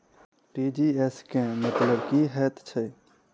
TGS केँ मतलब की हएत छै?